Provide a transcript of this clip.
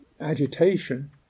agitation